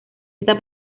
está